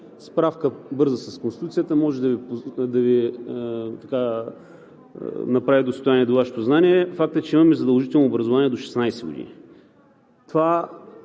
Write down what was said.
справка с Конституцията може да направи достояние до Вашето знание – факт е, че имаме задължително образование до 16 години. Това,